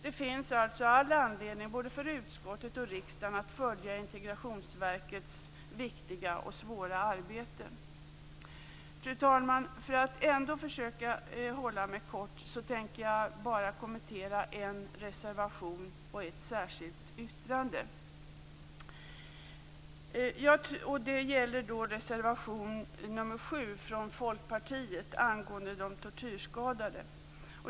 Det finns alltså all anledning både för utskottet och riksdagen att följa Integrationsverkets viktiga och svåra arbete. Fru talman! För att ändå försöka hålla mig kort tänker jag bara kommentera en reservation och ett särskilt yttrande. Det gäller reservation nr 7 från Folkpartiet angående de tortyrskadade.